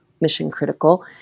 mission-critical